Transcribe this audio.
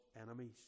enemies